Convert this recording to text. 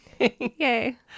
Yay